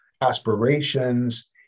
aspirations